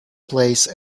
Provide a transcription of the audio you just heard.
place